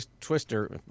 twister